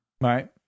right